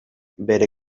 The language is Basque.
bere